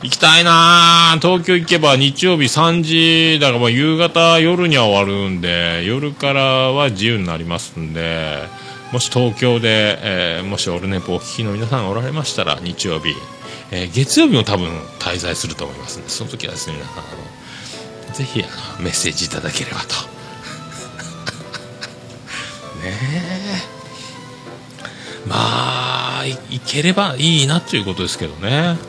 行きたいなぁ。東京行けば日曜日3時。だから、まあ、夕方、夜には終わるんで、夜からは自由になりますんで。もし東京で、えー、もしオルネポをお聞きの皆さんがおられましたら、日曜日。えー、月曜日も多分滞在すると思いますんで。その時はですね、皆さん、あの、ぜひ、あの、メッセージいただければと。 ねえ。まあ、い- 行ければいいなということですけどね。